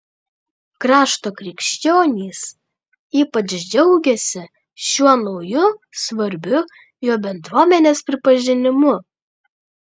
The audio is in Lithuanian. krašto krikščionys ypač džiaugiasi šiuo nauju svarbiu jų bendruomenės pripažinimu